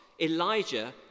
Elijah